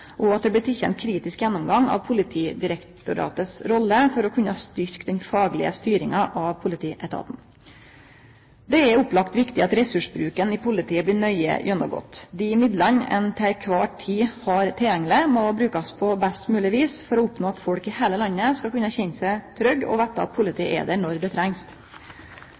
og at det blir teke ein kritisk gjennomgang av Politidirektoratet si rolle for å kunne styrkje den faglege styringa av politietaten. Det er opplagt viktig at ressursbruken i politiet blir nøye gjennomgått. Dei midlane ein til kvar tid har tilgjengeleg, må brukast på best mogleg vis for å oppnå at folk i heile landet skal kunne kjenne seg trygge og vite at politiet er der når det trengst.